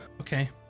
Okay